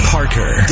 Parker